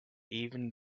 even